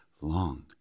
long